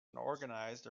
organized